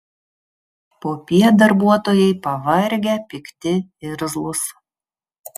popiet darbuotojai pavargę pikti irzlūs